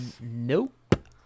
Nope